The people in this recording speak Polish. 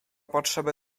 potrzeby